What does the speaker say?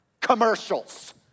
commercials